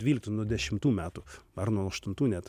dvyliktų nuo dešimtų metų ar nuo aštuntų net